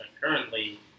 currently